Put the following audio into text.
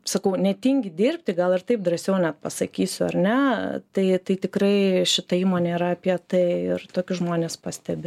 sakau netingi dirbti gal ir taip drąsiau net pasakysiu ar ne tai tai tikrai šita įmonė yra apie tai ir tokius žmones pastebi